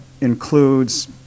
includes